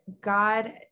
God